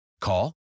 Call